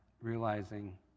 realizing